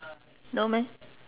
no meh